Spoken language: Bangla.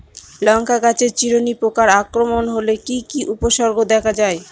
লঙ্কা গাছের চিরুনি পোকার আক্রমণ হলে কি কি উপসর্গ দেখা যায়?